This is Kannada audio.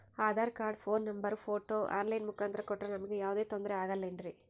Aadhaar card, phone number, photo online ಮುಖಾಂತ್ರ ಕೊಟ್ರ ನಮಗೆ ಯಾವುದೇ ತೊಂದ್ರೆ ಆಗಲೇನ್ರಿ?